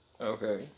Okay